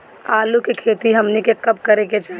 आलू की खेती हमनी के कब करें के चाही?